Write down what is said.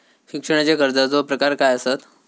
शिक्षणाच्या कर्जाचो प्रकार काय आसत?